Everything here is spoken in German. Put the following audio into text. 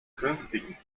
künftigen